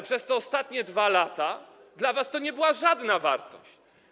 Przez te ostatnie 2 lata dla was to nie była żadna wartość.